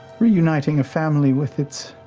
reuniting a family with its,